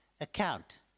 account